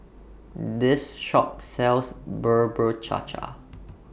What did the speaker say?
This Shop sells Bubur Cha Cha